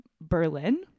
Berlin